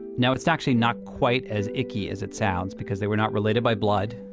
now it's actually not quite as icky as it sounds because they were not related by blood.